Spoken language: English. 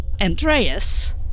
Andreas